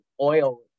oil